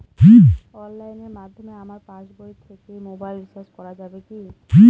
অনলাইনের মাধ্যমে আমার পাসবই থেকে মোবাইল রিচার্জ করা যাবে কি?